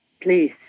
Please